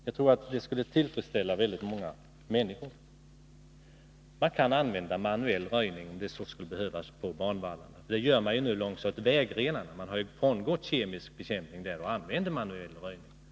Jag tror att det skulle tillfredsställa många människor. Man kan tillämpa mekanisk röjning, om så skulle behövas, när det gäller banvallarna. Så gör man nu i fråga om vägrenarna. Man har frångått kemisk bekämpning där och tillämpar mekanisk röjning.